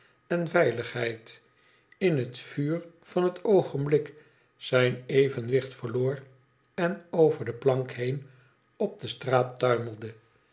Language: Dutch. en veiligheid in het vuur van het oogenblik zijn evenwicht verloor en over de plank heen op de straat